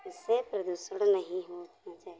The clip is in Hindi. इससे प्रदूषण नहीं होना चाहिए